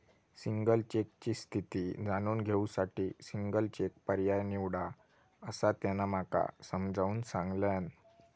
single चेकची स्थिती जाणून घेऊ साठी सिंगल चेक पर्याय निवडा, असा त्यांना माका समजाऊन सांगल्यान